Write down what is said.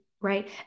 right